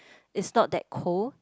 is not that cold